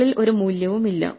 മുകളിൽ ഒരു മൂല്യമില്ല